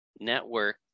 network